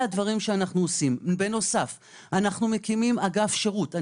בנוסף לדברים האלה שאנחנו עושים אנחנו מקימים אגף שירות.